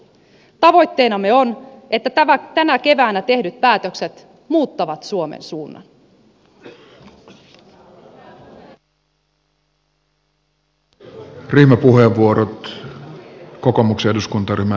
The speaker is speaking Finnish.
tavoitteenamme on että tänä keväänä tehdyt päätökset muuttavat suomen suunnan